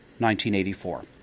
1984